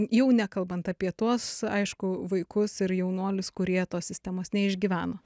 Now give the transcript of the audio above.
jau nekalbant apie tuos aišku vaikus ir jaunuolius kurie tos sistemos neišgyveno